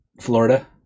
Florida